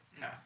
No